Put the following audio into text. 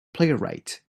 playwright